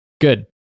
Good